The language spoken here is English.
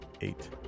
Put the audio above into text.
eight